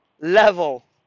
level